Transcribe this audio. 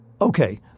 okay